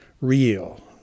real